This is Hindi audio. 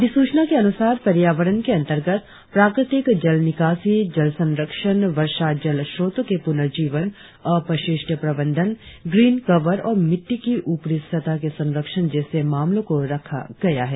अधिसूचना के अनुसार पर्यावरण के अंतर्गत प्राकृतिक जल निकासी जल संरक्षण वर्षा जल स्रोतों के पुनर्जीवन अपशिष्ठ प्रबंधन ग्रीन कवर और मिट्टी की ऊपरी सतह के संरक्षण जैसे मामलों को रखा गया है